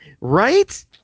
Right